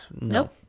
Nope